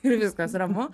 ir viskas ramu